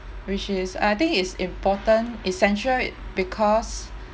which is I think it's important essential it because